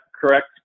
correct